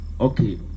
okay